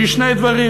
שהיא שני דברים: